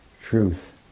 truth